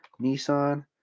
Nissan